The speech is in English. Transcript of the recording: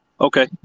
Okay